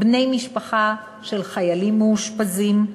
בני-משפחה של חיילים מאושפזים,